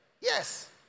Yes